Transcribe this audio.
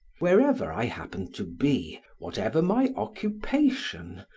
wherever i happened to be, whatever my occupation,